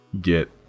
get